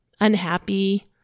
unhappy